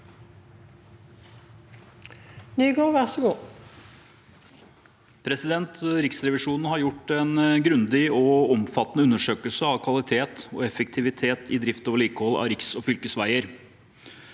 Riksrevisjo- nen har gjort en grundig og omfattende undersøkelse av kvalitet og effektivitet i drift og vedlikehold av riksog fylkesveier.